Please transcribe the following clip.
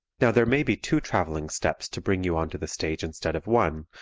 now, there may be two travelling steps to bring you onto the stage instead of one,